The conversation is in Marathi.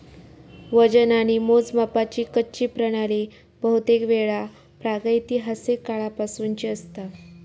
वजन आणि मोजमापाची कच्ची प्रणाली बहुतेकवेळा प्रागैतिहासिक काळापासूनची असता